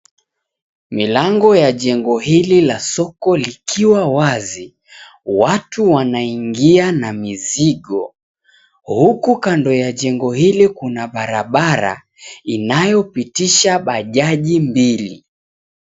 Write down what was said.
Milango ya jengo hili la soko likiwa wazi, watu wanaingia na mizigo, huku kando ya jengo hili kuna barabara inayopitisha bajaji mbili.